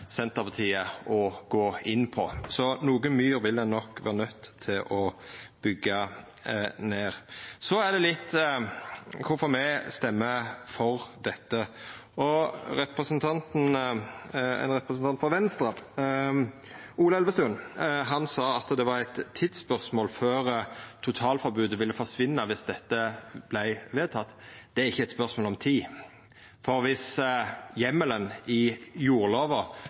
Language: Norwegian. Senterpartiet å gå inn på. Noko myr vil ein nok vera nøydd til å byggja ned. Så litt om kvifor me stemmer for dette. Ein representant frå Venstre, Ola Elvestuen, sa at det var eit tidsspørsmål før totalforbodet ville forsvinna viss dette vart vedteke. Det er ikkje eit spørsmål om tid. Viss heimelen i jordlova